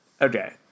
okay